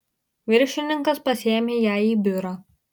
viršininkas pasiėmė ją į biurą